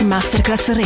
Masterclass